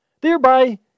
thereby